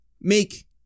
make